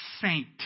saint